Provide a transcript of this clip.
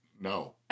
no